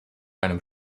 einem